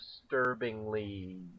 disturbingly